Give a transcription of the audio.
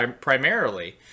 primarily